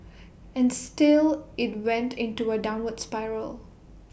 and still IT went into A downward spiral